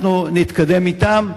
אנחנו נתקדם אתם.